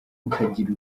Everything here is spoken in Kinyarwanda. ukagira